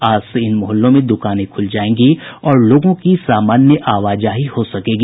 आज से इन मोहल्लों में द्रकानें खूल जायेंगी और लोगों की सामान्य आवाजाही हो सकेगी